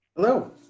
Hello